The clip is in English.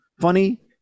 funny